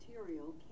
material